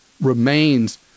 remains